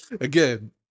Again